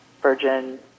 virgin